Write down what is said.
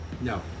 No